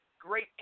great